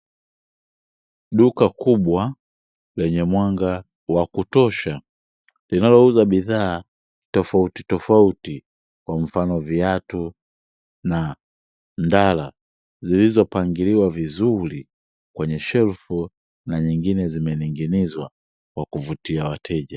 Duka kubwa lenye mwanga wa kutosha, linalouza bidhaa tofautitofauti kwa mfano; viatu na ndala zilizopangiliwa vizuri kwenye shelfu na nyengine zimening'inizwa kwa kuvutia wateja.